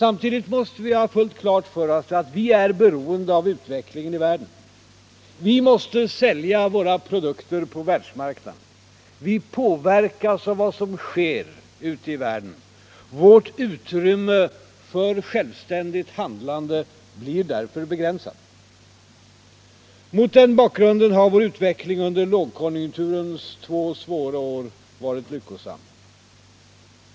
Samtidigt måste vi ha fullt klart för oss att vi är beroende av utvecklingen i världen. Vi måste sälja våra produkter på världsmarknaden. Vi påverkas av vad som sker ute i världen. Vårt utrymme för självständigt handlande blir därför begränsat. Mot den bakgrunden har vår utveckling under lågkonjunkturens två svåra år varit lyckosam.